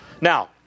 Now